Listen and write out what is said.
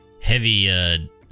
heavy